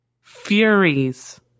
furies